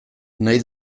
nahi